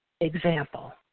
Example